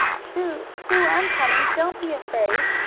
sue! sue! i'm coming! don't be afraid!